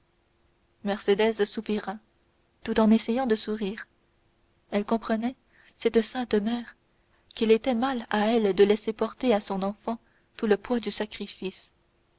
coquetterie mercédès soupira tout en essayant de sourire elle comprenait cette sainte mère qu'il était mal à elle de laisser porter à son enfant tout le poids du sacrifice